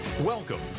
Welcome